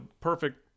perfect